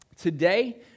Today